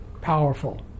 powerful